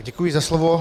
Děkuji za slovo.